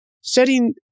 setting